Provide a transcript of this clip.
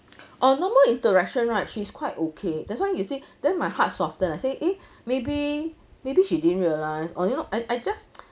uh normal interaction right she's quite okay that's why you see then my heart soften I say eh maybe maybe she didn't realise or you know and I just